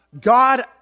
God